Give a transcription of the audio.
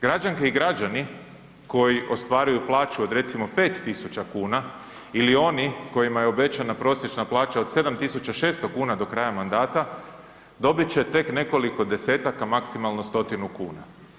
građanke i građani koji ostvaraju plaću od recimo 5000 kuna ili oni kojima je obećana prosječna plaća od 7600 kuna do kraja mandata, dobit će tek nekoliko desetaka, maksimalno stotinu kuna.